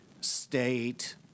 state